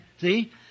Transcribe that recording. See